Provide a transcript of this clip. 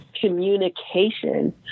communication